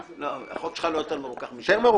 לא, החוק שלך לא יותר מרוכך משלה.